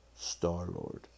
Star-Lord